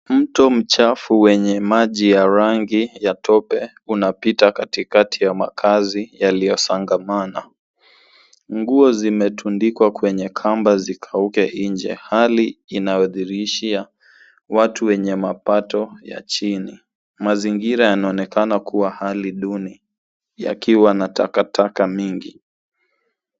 Mto mchafu wenye maji ya rangi ya tope unapita katikati ya makazi yaliyosangamana. Nguo zimetundikwa kwenye kamba zikauke nje hali inayodhihirisha watu wenye mapato ya chini. Mazingira yanaonekana kuwa hali duni yakiwa na takataka mingi.